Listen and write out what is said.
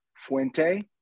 Fuente